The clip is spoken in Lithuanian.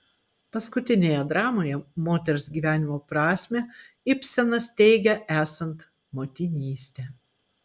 paskutinėje dramoje moters gyvenimo prasmę ibsenas teigia esant motinystę